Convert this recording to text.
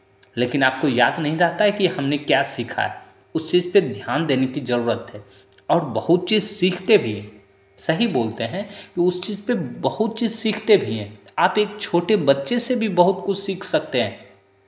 लेकिन आपको याद नहीं रहता है कि हमने क्या सीखा है उस चीज़ पे ध्यान देने कि ज़रूरत है और बहुत चीज़ सीखते भी हैं सही बोलते हैं कि उस चीज़ पे बहुत सी चीज़ सीखते भी हैं आप एक छोटे बच्चे से भी बहुत कुछ सीख सकते हैं